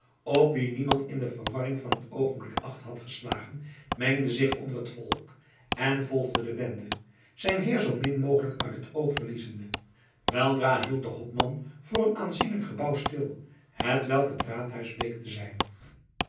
op wien niemand in de verwarring van het oogenblik acht had geslagen mengde zich onder het volk en volgde de bende zijn heer zo min mogelijk uit het oog verliezende weldra hield de hopman voor een aanzienlijk gebouw stil hetwelk het raadhuis bleek te zijn